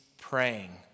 praying